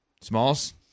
Smalls